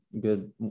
good